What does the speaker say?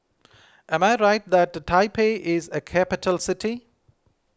am I right that Taipei is a capital city